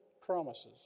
promises